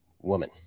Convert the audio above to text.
woman